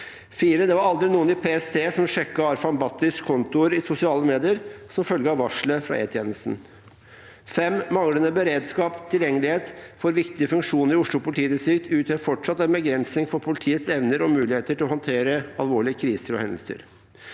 4. Det var aldri noen i PST som sjekket Arfan Bhattis kontoer i sosiale medier som følge av varselet fra Etjenesten. 5. Manglende beredskap/tilgjengelighet for viktige funksjoner i Oslo politidistrikt utgjør fortsatt en begrensning for politiets evner og muligheter til å håndtere alvorlige kriser og hendelser.